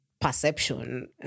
perception